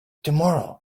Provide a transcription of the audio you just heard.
tomorrow